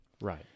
Right